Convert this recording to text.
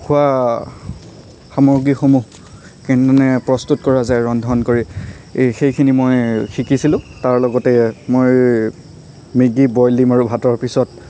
খোৱা সামগ্ৰীসমূহ কেনেধৰণে প্ৰস্তুত কৰা যায় ৰন্ধন কৰি এই সেইখিনি মই শিকিছিলোঁ তাৰ লগতে মই মেগী বইল ডিম আৰু ভাতৰ পিছত